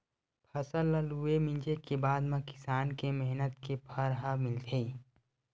फसल ल लूए, मिंजे के बादे म किसान के मेहनत के फर ह मिलथे